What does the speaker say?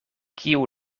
kiu